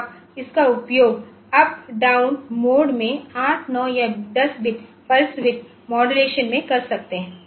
तो आप इसका उपयोग अप डाउन मोड में 8 9 या 10 बिट पल्स विड्थ माड्यूलेशन में कर सकते हैं